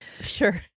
sure